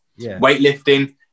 Weightlifting